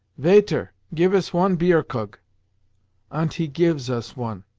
vaiter, give us one bierkrug ant he gives us one.